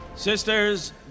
sisters